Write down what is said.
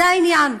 זה העניין.